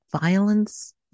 violence